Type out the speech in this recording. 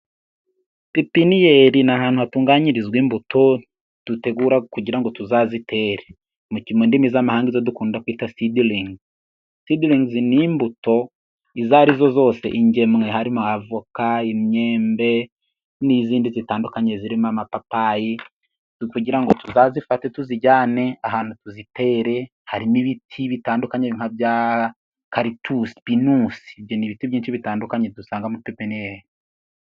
Pepeniyeri ni ahantu hatunganyirizwa imbuto dutegura kugira ngo tuzazitere, mu ndimi z'amahanga izo dukunda kwita sidiringizi sidiringizi ni imbuto izo ari zo zose, ingemwe harimo avoka imyembe n'izindi zitandukanye zirimo amapapayi kugira ngo tuzazifate tuzijyane ahantu tuzitere, harimo ibiti bitandukanye nka bya karitusi pinusi, ibyo ni ibiti byinshi bitandukanye dusanga muri pipiniyeri.